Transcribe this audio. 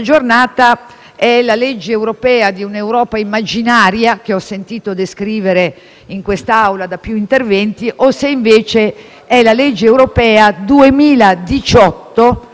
giornata, sia la legge europea di un'Europa immaginaria, che ho sentito descrivere in quest'Aula da più interventi, o se, invece, sia la legge europea 2018,